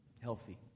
healthy